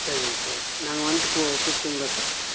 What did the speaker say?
சரிங்க சார் நாங்கள் வந்துட்டு கூப்புட்டங்களா சார்